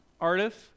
artist